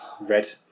red